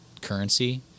currency